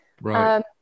Right